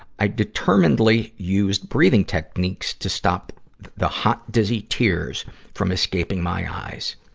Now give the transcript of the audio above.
i determinedly used breathing techniques to stop the hot, dizzy tears from escaping my eyes.